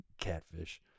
catfish